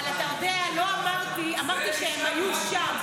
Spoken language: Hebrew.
אבל אתה יודע, לא אמרתי, אמרתי שהם היו שם,